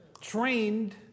Trained